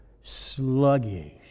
sluggish